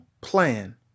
plan